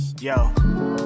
Yo